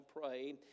pray